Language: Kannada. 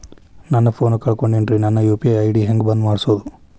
ನನ್ನ ಫೋನ್ ಕಳಕೊಂಡೆನ್ರೇ ನನ್ ಯು.ಪಿ.ಐ ಐ.ಡಿ ಹೆಂಗ್ ಬಂದ್ ಮಾಡ್ಸೋದು?